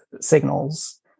signals